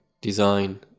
design